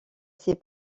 ses